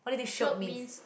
shiok means